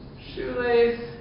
shoelace